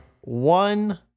One